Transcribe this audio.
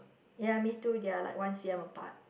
ya me too they're like one C_M apart